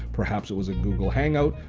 perhaps it was in google hangout,